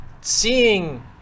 seeing –